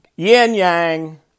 yin-yang